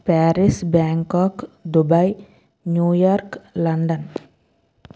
Paris Bangkok Dubai New York London